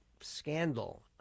scandal